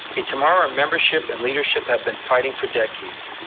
a tomorrow membership and leadership have been fighting for decades.